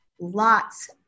lots